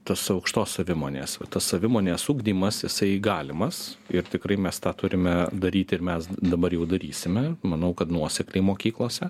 tas aukštos savimonės va tas savimonės ugdymas jisai galimas ir tikrai mes tą turime daryti ir mes dabar jau darysime manau kad nuosekliai mokyklose